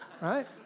Right